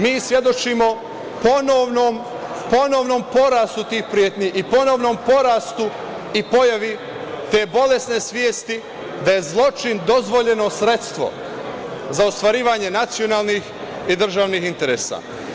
Mi svedočimo ponovnom porastu tih pretnji i ponovnom porastu i pojavi te bolesne svesti da je zločin dozvoljeno sredstvo za ostvarivanje nacionalnih i državnih interesa.